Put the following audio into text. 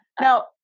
Now-